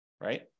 right